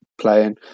playing